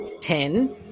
ten